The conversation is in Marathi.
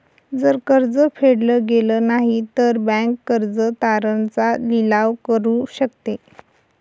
जर कर्ज फेडल गेलं नाही, तर बँक कर्ज तारण चा लिलाव करू शकते